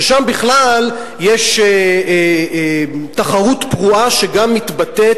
ששם בכלל יש תחרות פרועה שגם מתבטאת